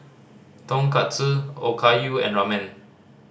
Tonkatsu Okayu and Ramen